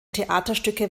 theaterstücke